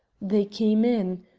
they came in.